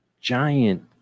giant